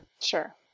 sure